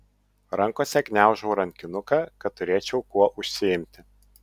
rankose gniaužau rankinuką kad turėčiau kuo užsiimti